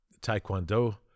Taekwondo